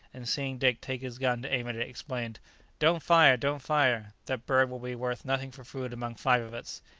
and, seeing dick take his gun to aim at it, exclaimed don't fire, don't fire! that bird will be worth nothing for food among five of us.